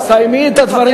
סיימי את הדברים.